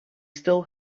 still